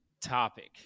topic